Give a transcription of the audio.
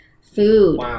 food